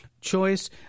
choice